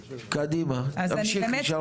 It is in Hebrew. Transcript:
קדימה, המשיכי שרון.